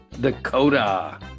dakota